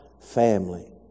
family